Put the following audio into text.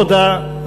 תודה,